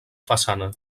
façana